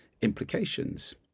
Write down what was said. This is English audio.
implications